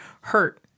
hurt